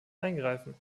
eingreifen